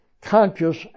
conscious